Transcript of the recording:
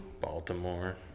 Baltimore